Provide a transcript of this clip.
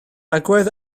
agwedd